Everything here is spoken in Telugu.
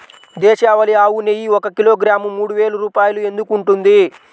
దేశవాళీ ఆవు నెయ్యి ఒక కిలోగ్రాము మూడు వేలు రూపాయలు ఎందుకు ఉంటుంది?